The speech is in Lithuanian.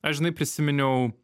aš žinai prisiminiau